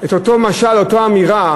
את אותו משל, אותה אמירה